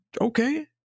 okay